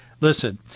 listen